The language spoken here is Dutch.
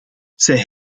zij